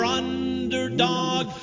underdog